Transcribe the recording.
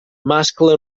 mascle